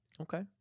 okay